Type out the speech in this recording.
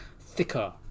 thicker